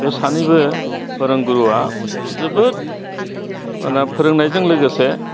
बे सानैबो फोरोंगुरुआ जोबोद फोरोंनायजों लोगोसे